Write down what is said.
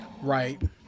right